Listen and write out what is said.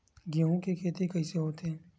गेहूं के खेती कइसे होथे?